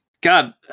God